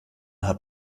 hat